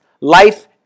life